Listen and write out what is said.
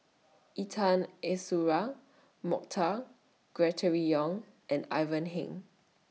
Intan Azura Mokhtar Yong and Ivan Heng